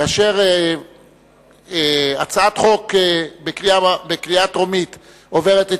כאשר הצעת חוק בקריאה טרומית עוברת את